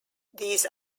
these